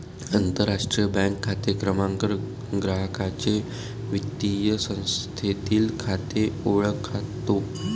आंतरराष्ट्रीय बँक खाते क्रमांक ग्राहकाचे वित्तीय संस्थेतील खाते ओळखतो